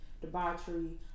debauchery